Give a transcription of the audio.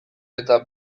eta